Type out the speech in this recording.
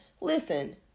listen